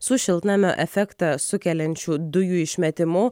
su šiltnamio efektą sukeliančių dujų išmetimu